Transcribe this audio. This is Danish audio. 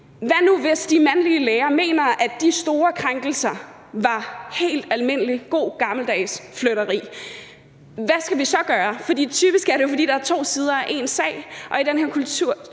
Hvad nu hvis de mandlige læger mener, at de store krænkelser var helt almindelig, god gammeldags flirteri? Hvad skal vi så gøre? For typisk er det jo, fordi der er to sider af én sag. Og i den her kulturændring,